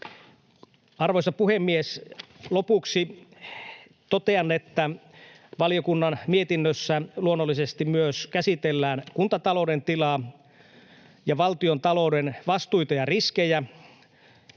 Arvoisa puhemies! Lopuksi totean, että valiokunnan mietinnössä luonnollisesti myös käsitellään kuntatalouden tilaa ja valtiontalouden vastuita ja riskejä.